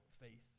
faith